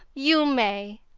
you may!